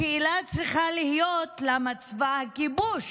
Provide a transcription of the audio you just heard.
השאלה צריכה להיות למה צבא הכיבוש